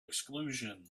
exclusion